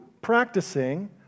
practicing